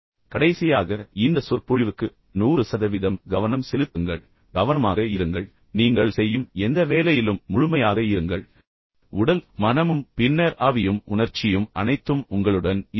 கடைசியாக இந்த சொற்பொழிவுக்கு 100 சதவீதம் கவனம் செலுத்துங்கள் கவனமாக இருங்கள் நீங்கள் செய்யும் எந்த வேலையிலும் முழுமையாக இருங்கள் உடல் மனமும் பின்னர் ஆவியும் உணர்ச்சியும் அனைத்தும் உங்களுடன் இருக்கட்டும்